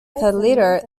leader